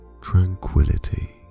tranquility